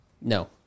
No